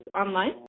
online